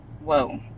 whoa